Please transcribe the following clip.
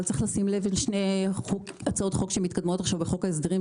אבל צריך לשים לב לשתי הצעות חוק שמתקדמות עכשיו בחוק ההסדרים,